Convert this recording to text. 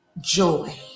joy